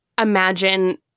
imagine